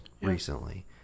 recently